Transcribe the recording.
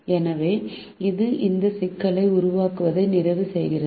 எனவே இது இந்த சிக்கலை உருவாக்குவதை நிறைவு செய்கிறது